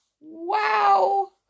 Wow